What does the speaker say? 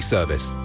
service